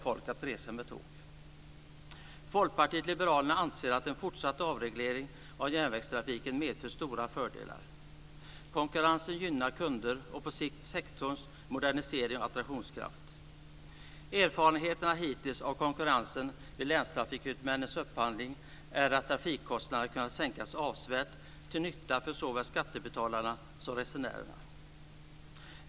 Folkpartiet liberalerna anser att en fortsatt avreglering av järnvägstrafiken medför stora fördelar. Konkurrens gynnar kunder och på sikt sektorns modernisering och attraktionskraft. Erfarenheterna hittills av konkurrensen vid länstrafikhuvudmännens upphandling är att trafikkostnaderna har kunnat sänkas avsevärt, till nytta för såväl skattebetalarna som resenärerna.